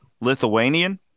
Lithuanian